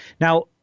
Now